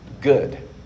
good